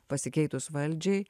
pasikeitus valdžiai